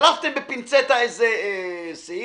שלפתם בפינצטה איזה זיפ,